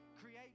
create